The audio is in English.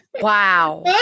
Wow